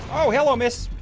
oh hello miss